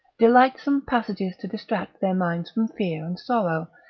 delightsome passages to distract their minds from fear and sorrow,